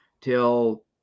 till